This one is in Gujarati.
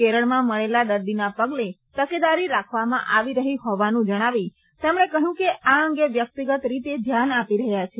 કેરળમાં મળેલા દર્દીના પગલે તકેદારી રાખવામાં આવી રહી હોવાનું જણાવી તેમણે કહ્યું કે આ અંગે વ્યક્તિગત રીતે ધ્યાન આપી રહ્યા છે